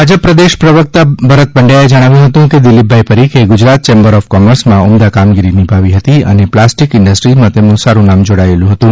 ભાજપ પ્રદેશ પ્રવક્તા શ્રી ભરત પંડયાએ જણાવ્યું હતું કે શ્રી દિલીપભાઈ પરીખે ગુજરાત ચેમ્બર્સ ઓફ કોમર્સમાં ઉમદા કામગીરી નિભાવી હતી અને પ્લાસ્ટીક ઈન્ડસ્ટ્રીઝમાં તેમનું સારું નામ જોડાયેલું હતું